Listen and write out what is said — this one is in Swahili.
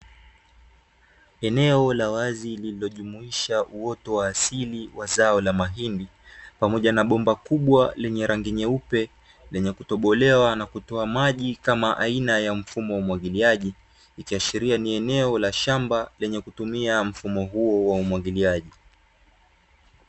Eneo la wazi lililojumuisha uoto wa asili wa zao la mahindi, pamoja na bomba kubwa lenye rangi nyeupe, lenye kutobolewa na kutoa maji kama aina mfumo wa umwagiliaji, ikiashiria ni eneo la shamba, lenye kutumia mfumo huo wa umwagiliaji.